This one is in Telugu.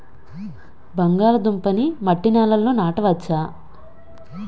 బంగాళదుంప నీ మట్టి నేలల్లో నాట వచ్చా?